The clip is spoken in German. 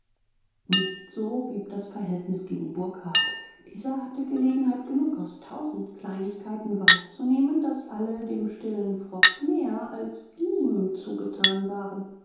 nicht so blieb das verhältnis gegen burkhardt dieser hatte gelegenheit genug aus tausend kleinigkeiten wahrzunehmen daß alle dem stillen frock mehr als ihm zugetan waren